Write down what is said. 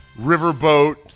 riverboat